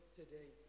today